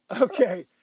Okay